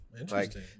interesting